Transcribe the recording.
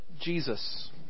Jesus